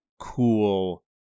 cool